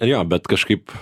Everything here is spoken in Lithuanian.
jo bet kažkaip